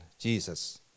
Jesus